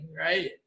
right